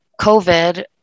COVID